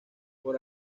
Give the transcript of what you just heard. por